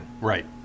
Right